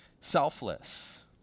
selfless